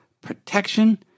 protection